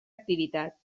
activitat